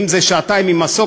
אם זה שעתיים עם מסוק,